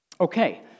Okay